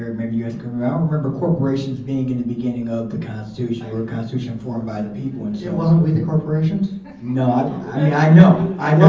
maybe you guys grew remember corporations being in the beginning of the constitution. we're a constitution formed by the people and yeah wasn't we the corporations? and we you know